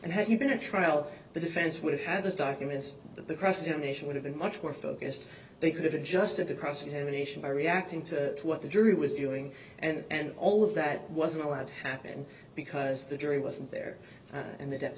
and have you been a trial the defense would have had the documents that the cross examination would have been much more focused they could have adjusted to cross examination by reacting to what the jury was doing and all of that wasn't allowed to happen because the jury wasn't there